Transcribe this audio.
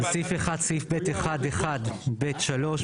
בסעיף 1(ב1)(1)(ב)(3),